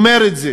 אומר את זה